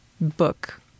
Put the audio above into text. book